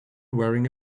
wearing